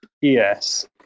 Yes